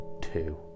two